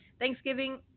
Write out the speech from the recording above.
Thanksgiving